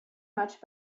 much